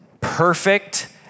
perfect